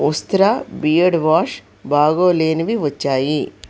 ఉస్ట్రా beard wash బాగోలేనివి వచ్చాయి